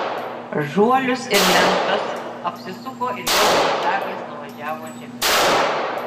žuolius ir lentas apsisuko ir vėl zigzagais nuvažiavo žemyn